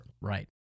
right